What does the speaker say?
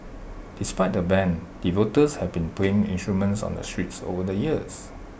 despite the ban devotees have been playing instruments on the streets over the years